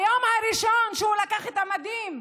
ביום הראשון, כשהוא לקח את המדים,